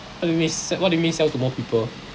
what do you mean s~ what do you mean sell to more people